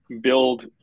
build